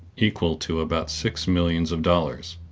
equal to about six millions of dollars.